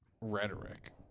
rhetoric